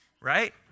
right